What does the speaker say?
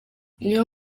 niyo